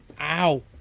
Ow